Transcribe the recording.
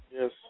Yes